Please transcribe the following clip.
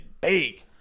big